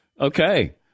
okay